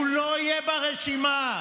הוא לא יהיה ברשימה.